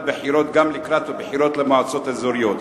בחירות גם לקראת בחירות למועצות אזוריות.